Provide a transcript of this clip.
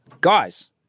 guys